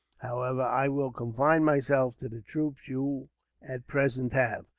however, i will confine myself to the troops you at present have.